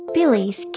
Billy's